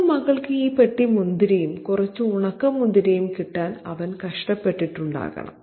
സ്വന്തം മകൾക്ക് ഈ പെട്ടി മുന്തിരിയും കുറച്ച് ഉണക്കമുന്തിരിയും കിട്ടാൻ അവൻ കഷ്ടപ്പെട്ടിട്ടുണ്ടാകണം